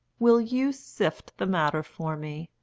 will you sift the matter for me?